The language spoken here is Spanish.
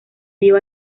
dio